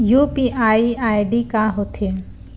UPI ID का होथे?